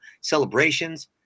celebrations